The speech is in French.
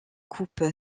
coupe